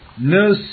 No